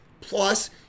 Plus